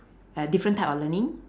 uh different type of learning